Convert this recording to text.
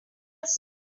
system